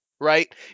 right